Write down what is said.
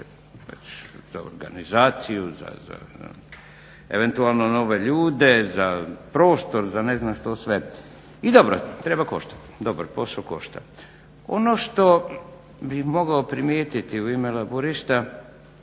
za organizaciju, za eventualno nove ljude, prostor, za ne znam što sve. I dobro, treba koštati. Dobar posao košta. Ono što bih mogao primijetiti u ime Laburista